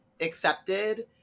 accepted